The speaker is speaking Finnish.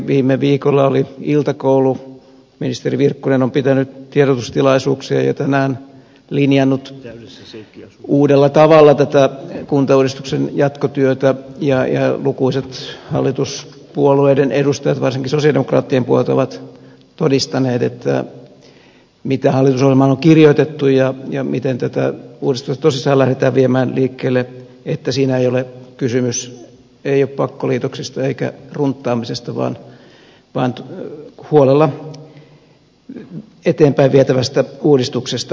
viime viikolla oli iltakoulu ministeri virkkunen on pitänyt tiedotustilaisuuksia ja tänään linjannut uudella tavalla tätä kuntauudistuksen jatkotyötä ja lukuisat hallituspuolueiden edustajat varsinkin sosialidemokraattien puolelta ovat todistaneet mitä hallitusohjelmaan on kirjoitettu ja miten tätä uudistusprosessia lähdetään viemään liikkeelle että siinä ei ole kysymys pakkoliitoksesta eikä runttaamisesta vaan huolella eteenpäin vietävästä uudistuksesta